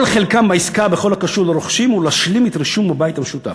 כל חלקם בעסקה בכל הקשור לרוכשים הוא להשלים את רישום הבית המשותף,